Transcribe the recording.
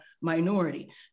minority